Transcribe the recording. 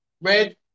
Red